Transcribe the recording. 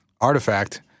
artifact